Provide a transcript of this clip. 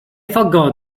forgot